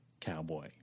cowboy